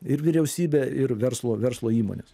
ir vyriausybė ir verslo verslo įmonės